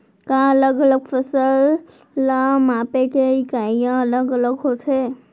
का अलग अलग फसल ला मापे के इकाइयां अलग अलग होथे?